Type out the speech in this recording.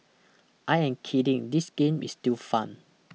I am kidding this game is still fun